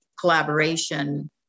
collaboration